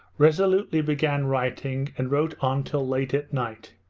resolutely began writing, and wrote on till late at night.